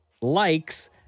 likes